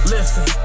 Listen